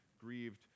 grieved